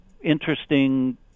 interesting